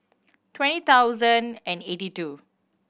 twenty thousand and eighty two